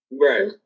Right